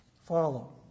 follow